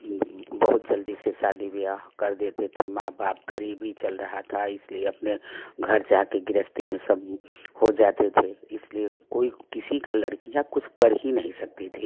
बहुत जल्दी से शादी विवाह कर देते थे माँ बाप गरीबी चल रहा था इसलिए अपने घर जा के गृहस्थी में सब हो जाते थे इसलिए कोई किसी का लड़कियां कुछ कर ही नहीं सकती थी